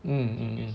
mm mm mm